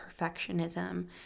perfectionism